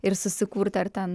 ir susikurti ar ten